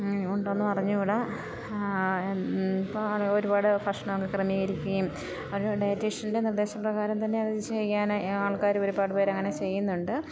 ഉണ്ടോ എന്നു അറിഞ്ഞുകൂട ഇപ്പം ഒരുപാട് ഭക്ഷണം ഒക്കെ ക്രമീകരിക്കുകയും ഒരു ഡയറ്റീഷ്യൻ്റെ നിർദ്ദേശപ്രകാരം തന്നെ അത് ചെയ്യാൻ ആൾക്കാർ ഒരുപാട് പേർ അങ്ങനെ ചെയ്യുന്നുണ്ട്